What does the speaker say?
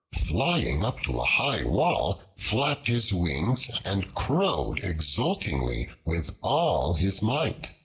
flying up to a high wall, flapped his wings and crowed exultingly with all his might.